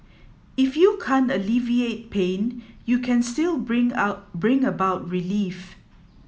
if you can't alleviate pain you can still bring out bring about relief